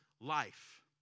life